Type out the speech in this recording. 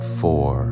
four